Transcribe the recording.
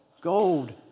gold